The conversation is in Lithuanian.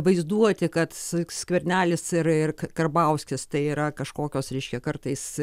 vaizduoti kad s skvernelis ir karbauskis tai yra kažkokios reiškia kartais